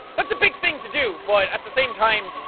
that's a big thing to do but at the same time,